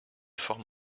forme